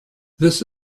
this